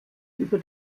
über